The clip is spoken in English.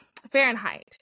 Fahrenheit